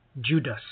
Judas